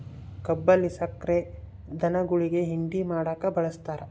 ಕಬ್ಬಿಲ್ಲಿ ಸಕ್ರೆ ಧನುಗುಳಿಗಿ ಹಿಂಡಿ ಮಾಡಕ ಬಳಸ್ತಾರ